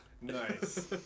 Nice